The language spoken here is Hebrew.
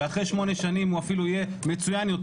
ואחרי שמונה שנים הוא אפילו יהיה מצוין יותר.